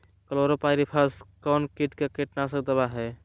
Chlorpyrifos कौन किट का कीटनाशक दवा है?